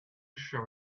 show